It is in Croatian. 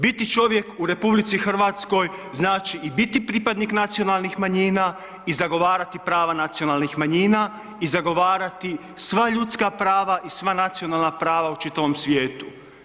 Biti čovjek u RH znači i biti pripadnik nacionalnih manjina i zagovarati prava nacionalnih manjina i zagovarati sva ljudska prava i sva nacionalna prava u čitavom svijetu.